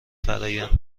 فرایند